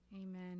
Amen